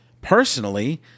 personally